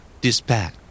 Dispatch